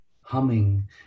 humming